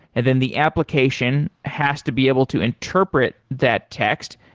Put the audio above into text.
and then the application has to be able to interpret that text.